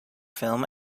film